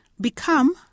Become